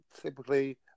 typically